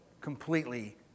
completely